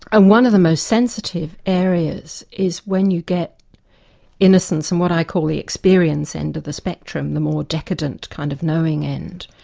and one of the most sensitive areas is when you get innocence in what i call the experience end of the spectrum, the more decadent kind of knowing end,